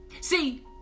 See